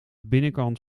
binnenkant